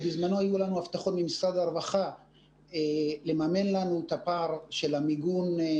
בזמנו היו לנו הבטחות ממשרד הרווחה לממן את הפער של המבנה,